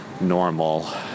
normal